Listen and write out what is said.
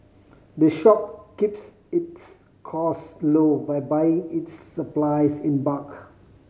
the shop keeps its costs low by buying its supplies in bulk